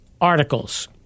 articles